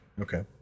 Okay